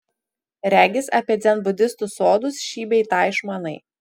regis apie dzenbudistų sodus šį bei tą išmanai